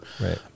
Right